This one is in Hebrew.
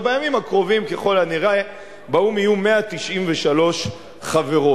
אבל בימים הקרובים ככל הנראה באו"ם יהיו 193 חברות.